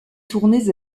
tournées